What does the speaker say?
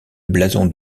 blason